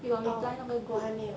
you got reply 那个 group